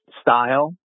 Style